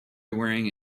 wearing